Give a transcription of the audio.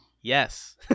yes